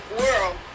world